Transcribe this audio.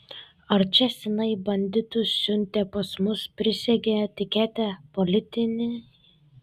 ar čia seniai banditus siuntė pas mus prisegę etiketę politiniai